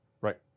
Right